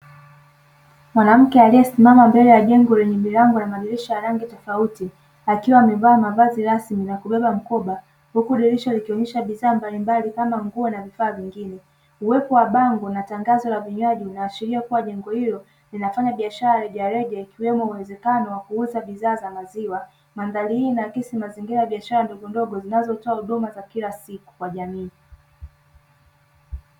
Mwanamke aliyesimama mbele ya jengo lenye milango na madirisha ya rangi tofauti; akiwa amevaa mavazi rasmi na kubeba mkoba, huku dirisha likionyesha bidhaa mbalimbali kama nguo na vifaa vingine. Uwepo wa bango na tangazo la vinywaji inaashiria kuwa jengo hilo linafanya biashara rejareja ikiwemo uwezekazo wa kuuza bidhaa za maziwa. Mandhari hii inaakisi mazingira ya biashara ndogondogo zinazotoa huduma za kila siku kwa jamii.